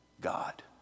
God